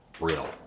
real